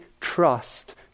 trust